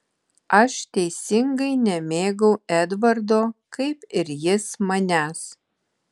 aš teisingai nemėgau edvardo kaip ir jis manęs